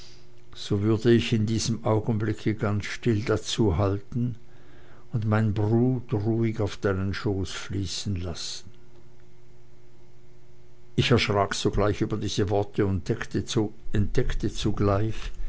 so würde ich in diesem augenblicke ganz still dazu halten und mein blut ruhig auf deinen schoß fließen lassen ich erschrak sogleich über diese worte und entdeckte zugleich